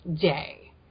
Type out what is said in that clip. day